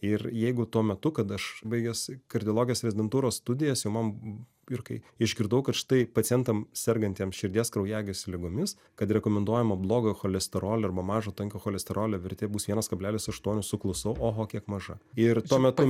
ir jeigu tuo metu kada aš baigęs kardiologijos rezidentūros studijas jau man ir kai išgirdau kad štai pacientam sergantiems širdies kraujagyslių ligomis kad rekomenduojama blogojo cholesterolio arba mažo tankio cholesterolio vertė bus vienas kablelis aštuoni suklusau oho kiek maža ir tuo metu